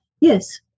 Yes